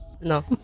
No